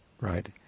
right